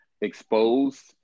exposed